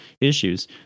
issues